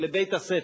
ולבית-ספר,